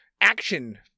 action